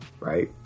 Right